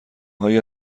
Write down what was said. هایی